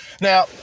Now